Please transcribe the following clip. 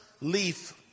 leaf